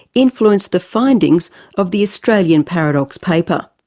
influenced the findings of the australian paradox paper.